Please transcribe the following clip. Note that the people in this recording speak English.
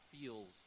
feels